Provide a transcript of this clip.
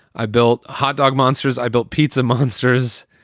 i built hot dog monsters. i built pizza monsters.